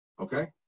Okay